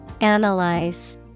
Analyze